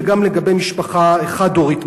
וגם לגבי משפחה חד-הורית,